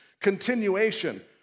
continuation